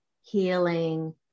healing